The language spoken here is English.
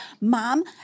Mom